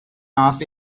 off